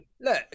look